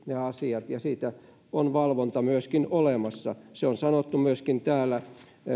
ne asiat vaativat ja siitä on valvonta myöskin olemassa se on sanottu myöskin täällä